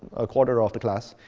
a quarter of the class.